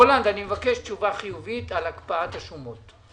רולנד, אני מבקש תשובה חיובית על הקפאת השומות.